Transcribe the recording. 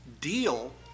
deal